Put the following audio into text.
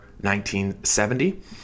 1970